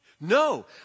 No